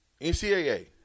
NCAA